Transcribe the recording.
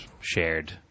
shared